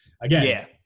again